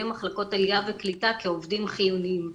מחלקות עלייה וקליטה כעובדים חיוניים.